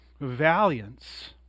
Valiance